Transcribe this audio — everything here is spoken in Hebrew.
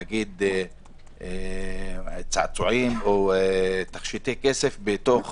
נגיד צעצועים או תכשיטי כסף בתוך